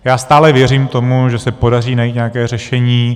Já stále věřím tomu, že se podaří najít nějaké řešení.